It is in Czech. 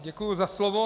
Děkuji za slovo.